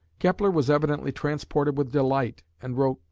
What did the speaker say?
kepler was evidently transported with delight and wrote,